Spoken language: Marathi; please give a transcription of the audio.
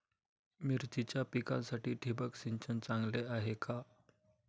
मिरचीच्या पिकासाठी ठिबक सिंचन चांगले आहे का?